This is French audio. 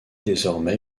désormais